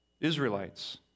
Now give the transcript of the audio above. Israelites